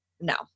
No